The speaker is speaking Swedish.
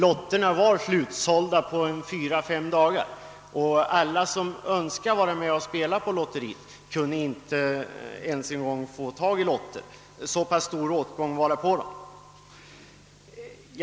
Lotterna såldes slut på fyra, fem dagar, och alla som önskade spela på lotteriet kunde inte få tag på lotter. Så pass stor var åtgången.